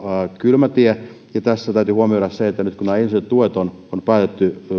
kylmä tie tässä täytyy huomioida se että nyt kun nämä entiset tuet on päätetty